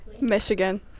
Michigan